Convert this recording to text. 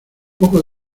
poco